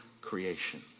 creation